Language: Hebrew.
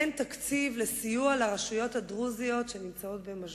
אין תקציב לסיוע לרשויות הדרוזיות שנמצאות במשבר.